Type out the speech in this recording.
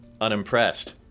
unimpressed